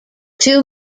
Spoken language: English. two